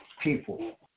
people